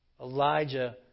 Elijah